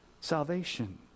salvation